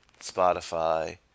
spotify